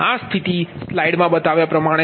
આ સ્થિતિ સ્લાઇડમા બતાવ્યા પ્રમાણે છે